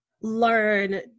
learn